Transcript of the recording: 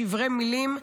שברי מילים,